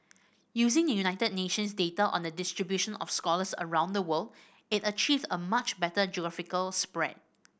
using United Nations data on the distribution of scholars around the world it achieved a much better geographical spread